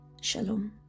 Shalom